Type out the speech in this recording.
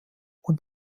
und